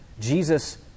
Jesus